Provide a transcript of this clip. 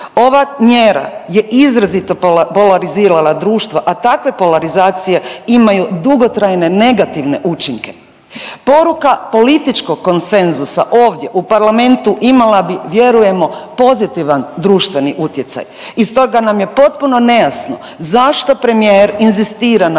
Ova mjera je izrazito polarizirala društvo, a takve polarizacije imaju dugotrajne negativne učinke. Poruka političkog konsenzusa ovdje u parlamentu imala bi vjerujemo pozitivan društveni utjecaj. I stoga nam je potpuno nejasno zašto premijer inzistira na